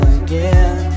again